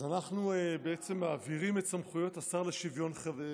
אז אנחנו בעצם מעבירים את סמכויות השרה לשוויון חברתי,